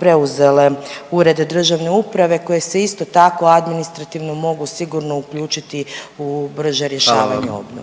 preuzele Ured državne uprave koje se isto tako administrativno mogu sigurno uključiti u brže rješavanje obnove.